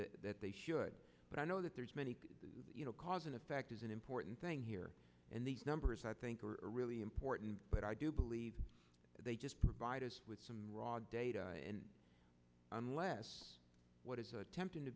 believe that they should but i know that there's many you know cause and effect is an important thing here and the numbers i think are really important but i do believe they just provide us with some raw data and unless what is attempting to